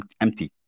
empty